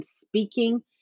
speaking